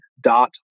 dot